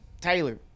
Taylor